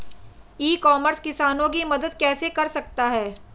ई commerce किसानों की मदद कैसे कर सकता है?